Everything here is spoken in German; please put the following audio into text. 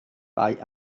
bei